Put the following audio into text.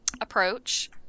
approach